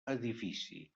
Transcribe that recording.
edifici